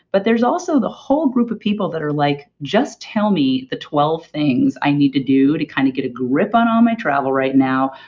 but there's also the whole group of people that are like, just tell me the twelve things i need to do to kind of get a grip on all my travel right now.